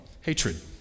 Hatred